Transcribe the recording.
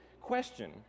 question